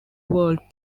world